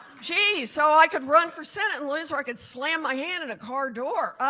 geez, so i could run for senate and lose or i could slam my hand and a car door.